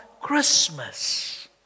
Christmas